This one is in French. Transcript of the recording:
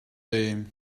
des